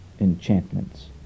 enchantments